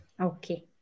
Okay